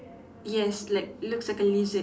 yes like looks like a lizard